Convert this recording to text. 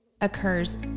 occurs